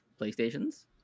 Playstations